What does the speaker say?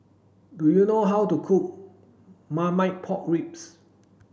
do you know how to cook Marmite Pork Ribs